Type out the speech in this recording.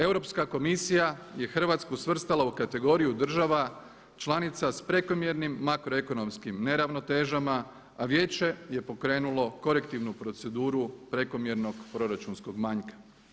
Europska komisija je Hrvatsku svrstala u kategoriju država članica s prekomjernim makroekonomskim neravnotežama, a Vijeće je pokrenulo korektivnu proceduru prekomjernog proračunskog manjka.